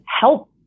help